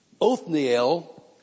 Othniel